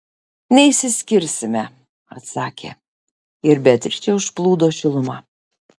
neišsiskirsime atsakė ir beatričę užplūdo šiluma